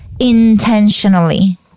intentionally